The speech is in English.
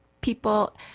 people